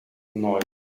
noise